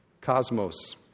Cosmos